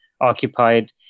occupied